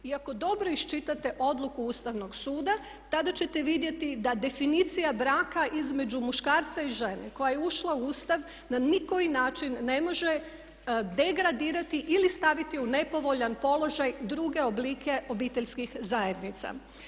I ako dobro iščitate odluku Ustavnog suda tada ćete vidjeti da definicija braka između muškarca i žene koja je ušla u Ustav na nikoji način ne može degradirati ili staviti u nepovoljan položaj druge oblike obiteljskih zajednica.